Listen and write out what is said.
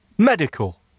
Medical